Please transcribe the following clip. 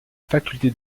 faculté